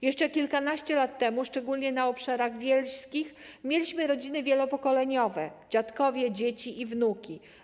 Jeszcze kilkanaście lat temu, szczególnie na obszarach wiejskich, mieliśmy rodziny wielopokoleniowe: dziadkowie, dzieci i wnuki.